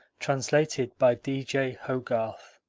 translated by d. j. hogarth